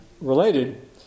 related